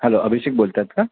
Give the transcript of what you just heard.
hello Abhishek बोलत आहेत का